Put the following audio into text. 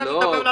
לא נתת לי לדבר,